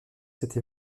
cette